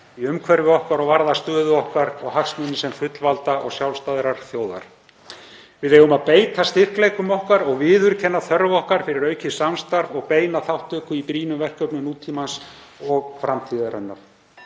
í umhverfi okkar og varða stöðu okkar og hagsmuni sem fullvalda og sjálfstæðrar þjóðar. Við eigum að beita styrkleikum okkar og viðurkenna þörf okkar fyrir aukið samstarf og beina þátttöku í brýnum verkefnum nútímans og framtíðarinnar.